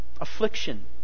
Affliction